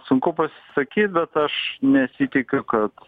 sunku pasakyt bet aš nesitikiu kad